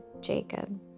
Jacob